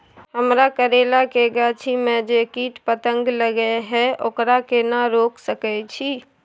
हमरा करैला के गाछी में जै कीट पतंग लगे हैं ओकरा केना रोक सके छी?